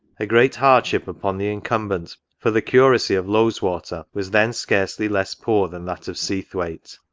a great hardship upon the incumbent, for the curacy of loweswater was then scarcely less poor than that of seathwaite.